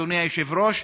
אדוני היושב-ראש,